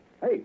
Hey